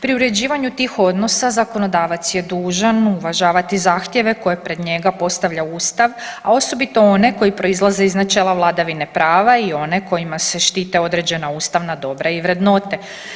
Pri uređivanju tih odnosa zakonodavac je dužan uvažavati zahtjeve koje pred njega postavlja Ustav, a osobito one koji proizlaze iz načela vladavine prava i one kojima se štite određena ustavna dobra i vrednote.